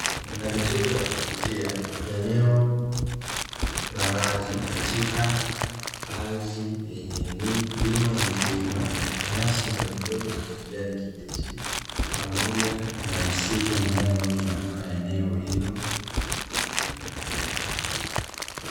Mandhari nzuri ya kuvutia, eneo la wazi katika ardhi yenye milima mikubwa, nyasi ndogondogo zenye kijani kibichi, pamoja na msitu mnene unaozunguka eneo hilo.